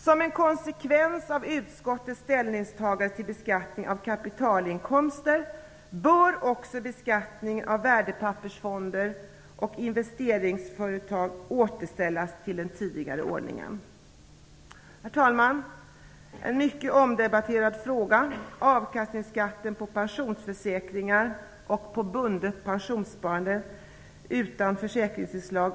Som en konsekvens av utskottets ställningstagande till beskattningen av kapitalinkomster bör också beskattningen av värdepappersfonder och investeringsföretag återställas till den tidigare ordningen. Herr talman! En mycket omdebatterad fråga är avkastningsskatten på pensionsförsäkringar och på bundet pensionssparande utan försäkringsinslag.